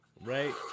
Right